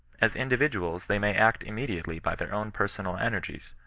as individuals they may act immediately by their own personal energies,